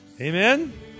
Amen